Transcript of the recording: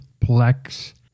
Plex